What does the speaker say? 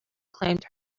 claimed